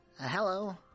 Hello